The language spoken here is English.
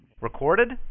Recorded